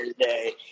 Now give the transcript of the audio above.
today